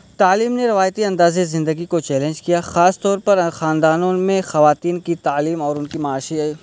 تعلیم نے روایتی انداز زندگی کو چیلنج کیا خاص طور پر خاندانوں میں خواتین کی تعلیم اور ان کی معاشی